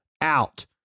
out